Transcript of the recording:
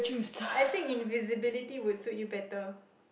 I think invisibility would suit you better